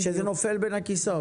שזה נופל בין הכיסאות.